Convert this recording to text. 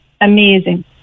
amazing